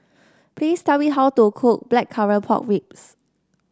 please tell me how to cook Blackcurrant Pork Ribs